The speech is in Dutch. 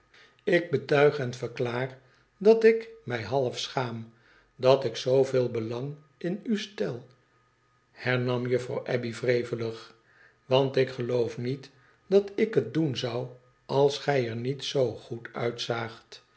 ik betuig en verklaar dat ik mij half schaam dat ik zooveel belang in u stel hernam juffrouw abbey wrevelig want ik geloof niet dat ik het doen zou als gij er niet zoo goed